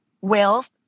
wealth